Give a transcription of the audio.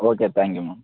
okay thank you ma'am